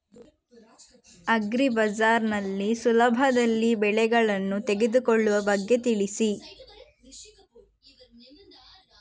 agri bazaar ನಲ್ಲಿ ಸುಲಭದಲ್ಲಿ ಬೆಳೆಗಳನ್ನು ತೆಗೆದುಕೊಳ್ಳುವ ಬಗ್ಗೆ ತಿಳಿಸಿ